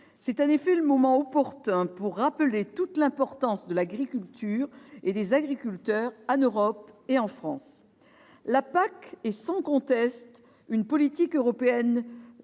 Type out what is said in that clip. C'est en effet le moment opportun pour rappeler toute l'importance de l'agriculture et des agriculteurs en Europe et en France. La PAC est sans conteste une politique européenne